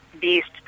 beast